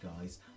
guys